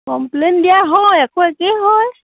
complain দিয়া হয় আকৌ একেই হয়